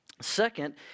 Second